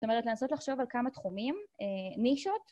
זאת אומרת, לנסות לחשוב על כמה תחומים, נישות